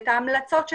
את ההמלצות שלהם,